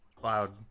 Cloud